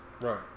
Right